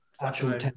actual